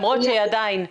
למרות שעדיין --- נכון,